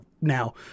now